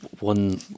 One